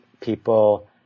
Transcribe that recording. people